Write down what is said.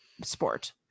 sport